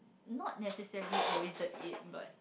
not necessary always the age but